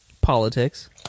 politics